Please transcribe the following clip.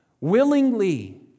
willingly